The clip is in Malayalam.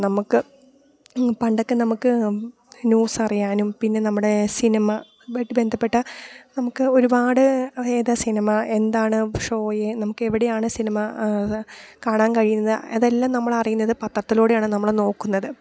നമുക്ക് പണ്ടൊക്കെ നമുക്ക് ന്യൂസറിയാനും പിന്നെ നമ്മുടെ സിനിമാ ഇതായിട്ട് ബന്ധപ്പെട്ട നമുക്ക് ഒരുപാട് ഏതാ സിനിമ എന്താണ് ഷോയ് നമുക്ക് എവിടെയാണ് സിനിമ കാണാൻ കഴിയുക അതെല്ലാം നമ്മൾ അറിയുന്നത് പത്രത്തിലൂടെയാണ് നമ്മൾ നോക്കുന്നത്